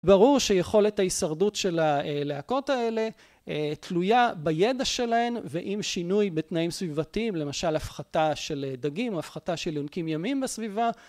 ברור שיכולת ההישרדות של הלהקות האלה, תלויה בידע שלהן ועם שינוי בתנאים סביבתיים, למשל הפחתה של דגים או הפחתה של יונקים ימיים בסביבה